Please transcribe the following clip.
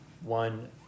one